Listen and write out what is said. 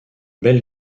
belle